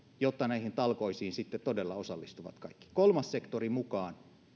jotta näihin talkoisiin sitten todella osallistuvat kaikki kolmas sektori mukaan